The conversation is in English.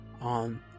on